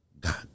God